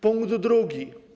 Punkt drugi.